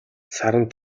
саран